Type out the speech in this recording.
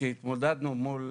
כשהתמודדנו מול